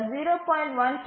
5 0